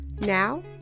Now